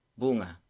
bunga